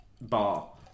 bar